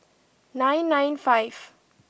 nine nine five